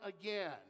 again